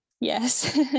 yes